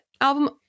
album